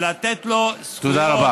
לתת לו זכויות, תודה רבה.